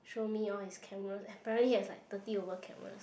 show me all his cameras apparently he has like thirty over cameras